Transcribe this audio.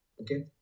Okay